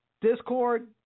Discord